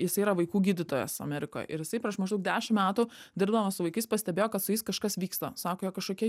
jis yra vaikų gydytojas amerikoj ir jisai prieš maždaug dešim metų dirbdamas su vaikais pastebėjo kad su jais kažkas vyksta sako jie kažkokie